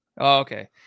Okay